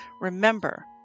Remember